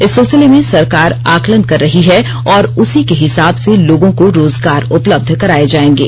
इस सिलसिले में सरकार आकलन कर रही है और उसी के हिसाब से लोगों को रोजगार उपलब्ध कराए जाएंगे